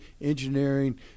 engineering